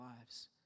lives